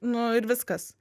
nu ir viskas